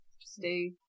stay